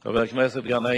7,391 הן של